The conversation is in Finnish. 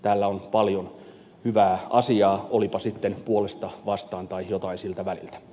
täällä on paljon hyvää asiaa olipa sitten puolesta vastaan tai jotain siltä väliltä